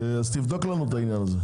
תבדוק לנו את העניין הזה.